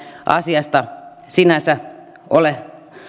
asiasta sinänsä